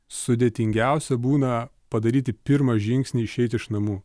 sudėtingiausia būna padaryti pirmą žingsnį išeit iš namų